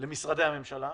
למשרדי הממשלה,